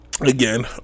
Again